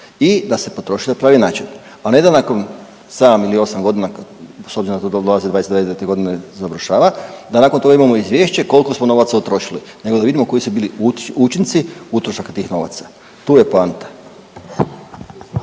i da se potroše na pravi način, a ne da nakon 7 ili 8 godina, s obzirom da to dolazi '29g. g. završava, da nakon toga imamo izvješće koliko smo novaca utrošili nego da vidimo koji su bili učinci utrošaka tih novaca, tu je poanta.